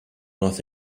not